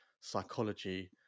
psychology